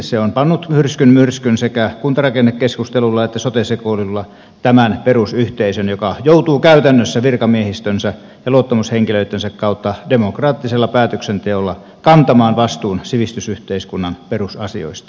se on pannut hyrskyn myrskyn sekä kuntarakennekeskustelulla että sote sekoilulla tämän perusyhteisön joka joutuu käytännös sä virkamiehistönsä ja luottamushenkilöittensä kautta demokraattisella päätöksenteolla kantamaan vastuun sivistysyhteiskunnan perusasioista